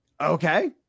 okay